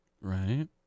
Right